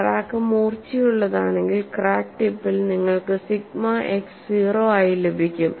crack മൂർച്ചയുള്ളതാണെങ്കിൽ crack ടിപ്പിൽ നിങ്ങൾക്ക് സിഗ്മ x 0 ആയി ലഭിക്കും